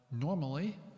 normally